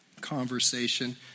conversation